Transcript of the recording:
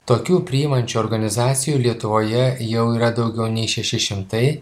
tokių priimančių organizacijų lietuvoje jau yra daugiau nei šeši šimtai